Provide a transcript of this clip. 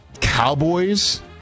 Cowboys